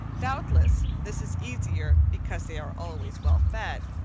doubtless, this is easier because they are always well fed,